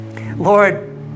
Lord